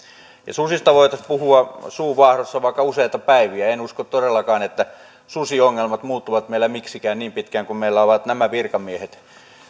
susista voitaisiin puhua suu vaahdossa vaikka useita päiviä en usko todellakaan että susiongelmat muuttuvat meillä miksikään niin pitkään kuin meillä nämä virkamiehet